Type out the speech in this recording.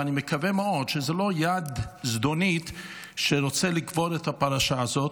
ואני מקווה מאוד שזו לא יד זדונית שרוצה לקבור את הפרשה הזאת.